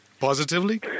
Positively